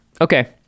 Okay